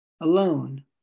alone